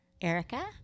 Erica